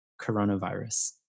coronavirus